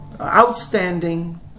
outstanding